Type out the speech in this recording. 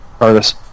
artist